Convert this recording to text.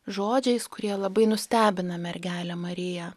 žodžiais kurie labai nustebina mergelę mariją